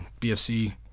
BFC